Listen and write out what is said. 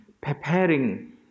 Preparing